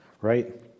right